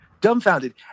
dumbfounded